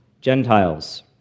Gentiles